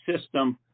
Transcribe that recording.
system